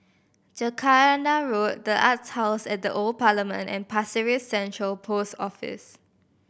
Jacaranda Road The Arts House at the Old Parliament and Pasir Ris Central Post Office